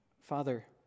Father